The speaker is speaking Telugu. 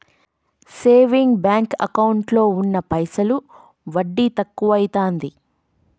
సేవింగ్ బాంకు ఎకౌంటులో ఉన్న పైసలు వడ్డి తక్కువైతాంది